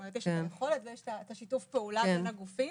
יש את היכולת ואת שיתוף הפעולה בין הגופים,